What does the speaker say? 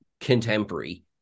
contemporary